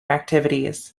activities